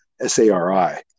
S-A-R-I